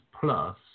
plus